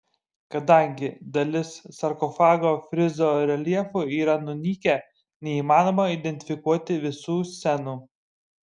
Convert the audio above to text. kadangi dalis sarkofago frizo reljefų yra nunykę neįmanoma identifikuoti visų scenų